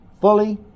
fully